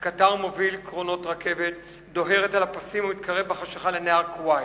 "קטר מוביל קרונות רכבת דוהרת על הפסים ומתקרב בחשכה לנהר קוואי.